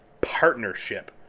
partnership